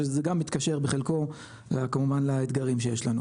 שזה גם מתקשר בחלקו כמובן לאתגרים שיש לנו.